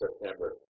September